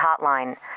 Hotline